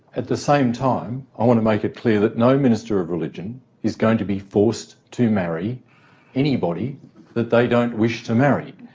at the same time, i want to make it clear that no minister of religion is going to be forced to marry anybody that they don't wish to marry.